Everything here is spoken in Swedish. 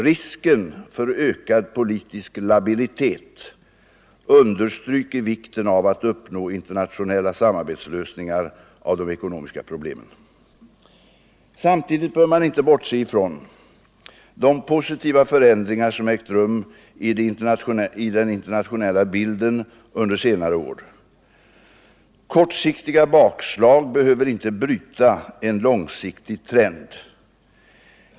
Risken för ökad politisk labilitet understryker vikten av att uppnå internationella samarbetslösningar av de ekonomiska problemen. Samtidigt bör man inte bortse från de positiva förändringar som ägt rum i den internationella bilden under senare år. Kortsiktiga bakslag behöver inte bryta en långsiktig trend.